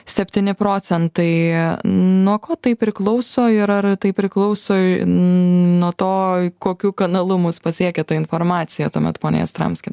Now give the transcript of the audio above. septyni procentai nuo ko tai priklauso ir ar tai priklauso nuo to kokiu kanalu mus pasiekia ta informacija tuomet pone jastramski